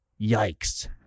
Yikes